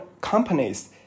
companies